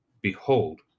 Behold